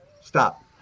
Stop